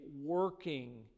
working